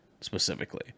specifically